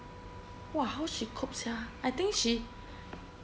!wah! how she cope sia I think she